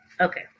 Okay